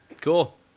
Cool